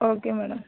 okay madam